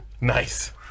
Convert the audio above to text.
Nice